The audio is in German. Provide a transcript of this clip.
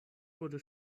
wurde